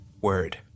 word